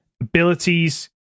abilities